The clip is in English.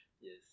Yes